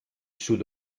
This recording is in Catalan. sud